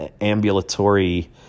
ambulatory